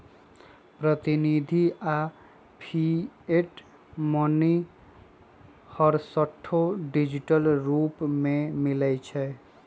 प्रतिनिधि आऽ fiat money हरसठ्ठो डिजिटल रूप में मिलइ छै